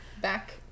back